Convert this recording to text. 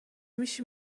میشی